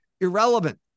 irrelevant